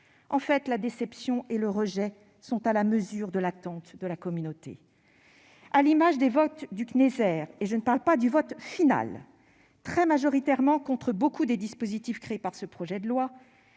La déception et le rejet sont à la mesure de l'attente de la communauté. À l'image des votes du Cneser- je ne parle pas du vote final -, très majoritairement contre les dispositifs créés par ce projet de loi,